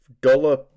dollar